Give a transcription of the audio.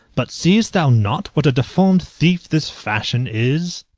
but seest thou not what a deformed thief this fashion is?